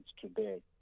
today